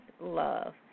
love